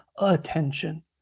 attention